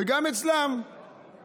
וגם אצלכם